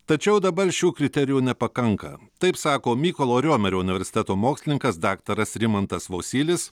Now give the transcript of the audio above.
tačiau dabar šių kriterijų nepakanka taip sako mykolo riomerio universiteto mokslininkas daktaras rimantas vosylis